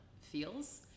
feels